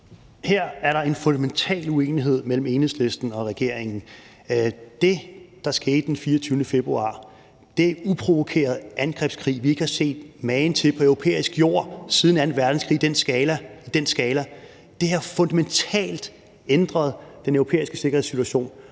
Her er der en fundamental uenighed mellem Enhedslisten og regeringen. Det, der skete den 24. februar, den uprovokerede angrebskrig, vi ikke har set magen til på europæisk jord siden anden verdenskrig i den skala, har fundamentalt ændret den europæiske sikkerhedssituation.